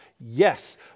Yes